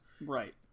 Right